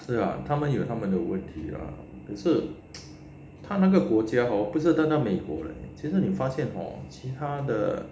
是啊他们有他们的问题啦可是 他那个国家 hor 不是单单美国现在你发现 hor 其他的